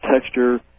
texture